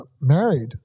married